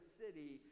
city